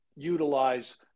utilize